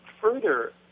further